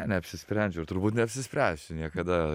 neapsisprendžiau ir turbūt neapsispręsiu niekada